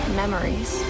memories